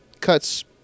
cuts